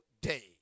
day